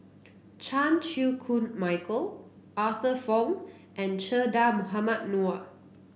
Chan Chew Koon Michael Arthur Fong and Che Dah Mohamed Noor